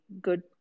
good